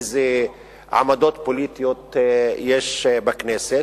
איזה עמדות פוליטיות יש בכנסת,